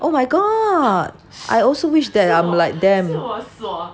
oh my god I also wish that I'm like them